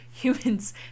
humans